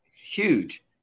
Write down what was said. huge